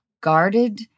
guarded